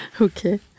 Okay